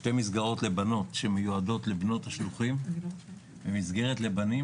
שתי מסגרות לבנות שמיועדות לבנות השלוחים ומסגרת לבנים